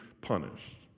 punished